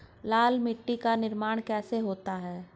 लाल मिट्टी का निर्माण कैसे होता है?